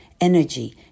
energy